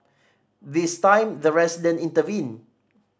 this time the resident intervened